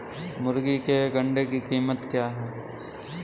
मुर्गी के एक अंडे की कीमत क्या है?